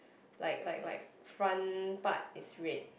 like like like front part is red